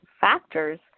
factors